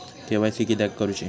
KYC किदयाक करूची?